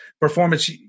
performance